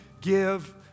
give